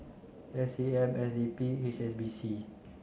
S A M S D P H S B C